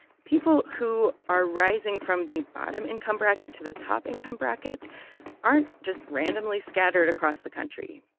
people who are rising from the bottom income bracket to the top income bracket aren't just randomly scattered across the country.